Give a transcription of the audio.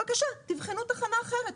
בבקשה, תבחנו תחנה אחרת.